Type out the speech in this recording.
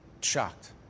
Shocked